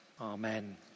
Amen